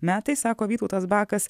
metais sako vytautas bakas